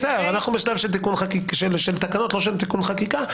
אנו בשלב של תיקון תקנות, לא של חקיקה.